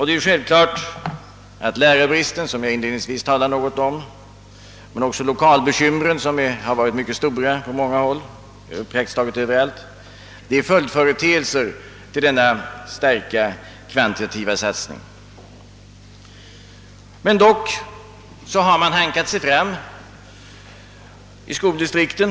Det är självklart att lärarbristen — som jag inledningsvis talade något om — men också lokalbekymren, som varit mycket stora praktiskt taget överallt, är följdföreteelser till denna starka kvantitativa satsning. Dock har man hankat sig fram i skoldistrikten.